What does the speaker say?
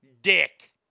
dick